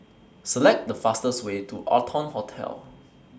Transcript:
Select The fastest Way to Arton Hotel